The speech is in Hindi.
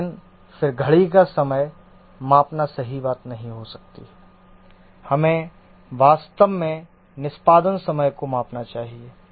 लेकिन फिर घड़ी का समय मापना सही बात नहीं हो सकती है हमें वास्तव में निष्पादन समय को मापना चाहिए